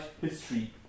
history